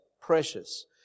precious